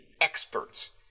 experts